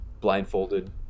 blindfolded